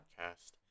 podcast